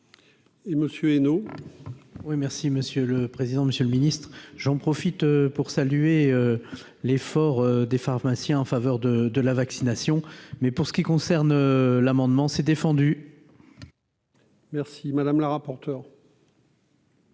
Et Monsieur Hénault oui merci Monsieur le président, Monsieur le Ministre, j'en profite pour saluer l'effort des pharmaciens en faveur de de la vaccination, mais pour ce qui concerne l'amendement s'est défendu. Merci madame la rapporteure.